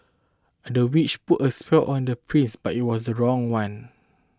the witch put a spell on the prince but it was the wrong one